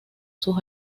sus